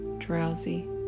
drowsy